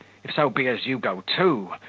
if so be as you go too,